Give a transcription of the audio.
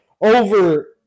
over